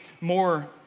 more